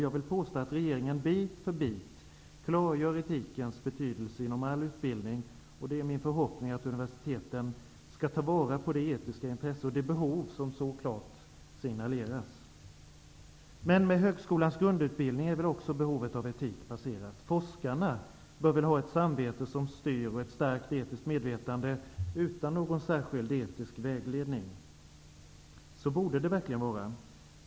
Jag vill påstå att regeringen bit för bit klargör etikens betydelse inom all utbildning, och det är min förhoppning att universiteten skall ta vara på det etiska intresse och de behov som så klart signaleras. Men med högskolans grundutbildning är väl också behovet av etik passerat? Forskarna bör väl ha ett samvete som styr och ett starkt etiskt medvetande, utan någon särskild etisk vägledning? Så borde det verkligen vara.